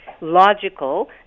logical